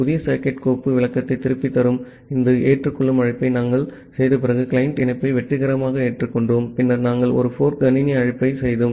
புதிய சாக்கெட் கோப்பு விளக்கத்தை திருப்பித் தரும் இந்த ஏற்றுக்கொள்ளும் அழைப்பை நாங்கள் செய்த பிறகு கிளையன்ட் இணைப்பை வெற்றிகரமாக ஏற்றுக்கொண்டோம் பின்னர் நாங்கள் ஒரு fork கணினி அழைப்பை செய்தோம்